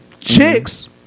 chicks